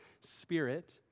spirit